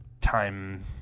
time